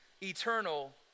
eternal